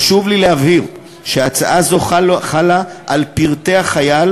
חשוב לי להבהיר שהצעה זו חלה על פרטי החייל